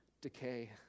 decay